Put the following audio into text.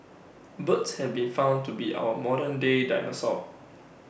birds have been found to be our modern day dinosaurs